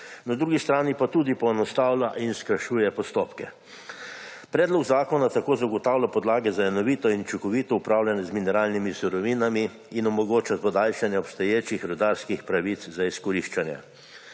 na drugi strani pa tudi poenostavlja in skrajšuje postopke. Predlog zakona tako zagotavlja podlage za enovito in učinkovito upravljanje z mineralnimi surovinami in omogoča podaljšanje obstoječih rudarskih pravic za izkoriščanja.